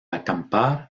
acampar